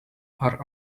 are